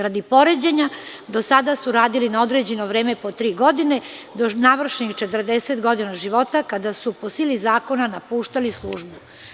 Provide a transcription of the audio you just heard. Radi poređenja, do sada su radili na određeno vreme po tri godine do navršenih 40 godina života kada su po sili zakona napuštali službu.